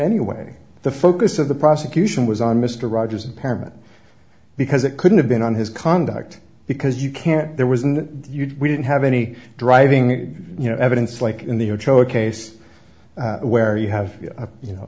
anyway the focus of the prosecution was on mr rogers impairment because it couldn't have been on his conduct because you can't there was no you didn't have any driving you know evidence like in the oto case where you have a you know